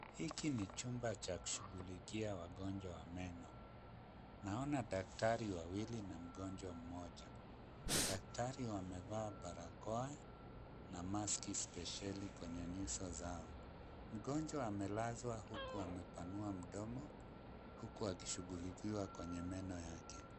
Hiki ni chumba cha kushughulikia wagonjwa wa meno, naona daktari wawili na mgonjwa mmoja. Daktari wamevaa barakoa na maski spesheli kwenye nyuso zao. Mgonjwa amelazwa huku amepanua mdomo huku akishughulikiwa kwenye meno yake.